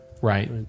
Right